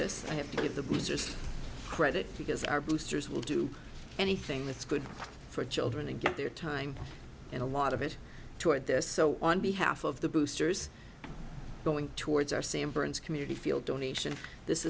this i have to give the blue just credit because our boosters will do anything that's good for children to get their time and a lot of it toward this so on behalf of the boosters going towards our same burns community feel donation this